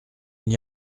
n’y